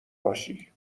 باشی